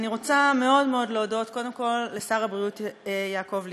אני רוצה מאוד מאוד להודות קודם כול לשר הבריאות יעקב ליצמן.